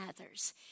others